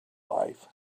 life